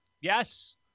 Yes